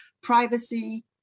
privacy